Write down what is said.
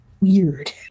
weird